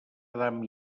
adam